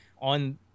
on